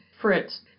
Fritz